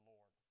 Lord